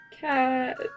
Cat